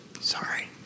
Sorry